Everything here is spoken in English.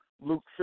Luke